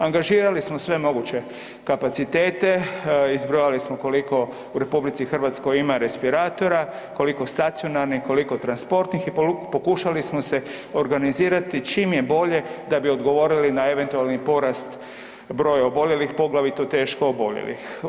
Angažirali smo sve moguće kapacitete, izbrojali smo koliko u RH ima respiratora, koliko stacionarnih, koliko transportnih i pokušali smo se organizirati čim je bolje da bi odgovorili na eventualni porasta broja oboljelih, poglavito teško oboljelih.